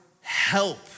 help